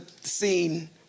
scene